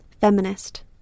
feminist